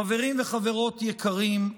חברים וחברות יקרים,